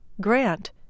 Grant